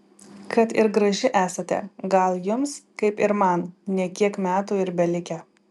kad ir graži esate gal jums kaip ir man ne kiek metų ir belikę